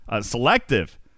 selective